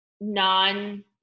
non